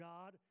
God